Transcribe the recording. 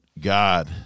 God